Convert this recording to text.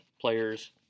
players